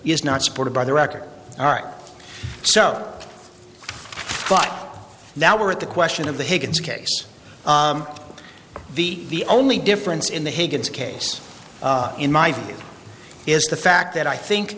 is not supported by the record all right so but now we're at the question of the higgins case the only difference in the hagans case in my view is the fact that i think